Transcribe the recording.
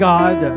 God